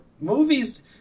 movies